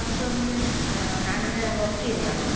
അപ്പം മാമിന് വർക്ക് ചെയ്യുന്നതാണോ